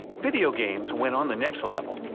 video games went on the next level.